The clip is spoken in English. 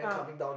ah